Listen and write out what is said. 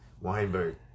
Weinberg